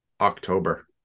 October